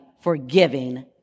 forgiving